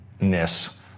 Ness